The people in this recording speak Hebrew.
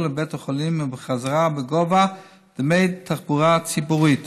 לבית החולים ובחזרה בגובה דמי תחבורה ציבורית.